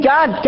God